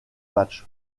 match